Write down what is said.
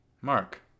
Mark